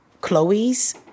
Chloe's